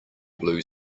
blue